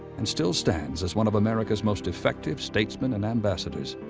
and still stands as one of america's most effective statesmen and ambassadors.